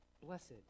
blessed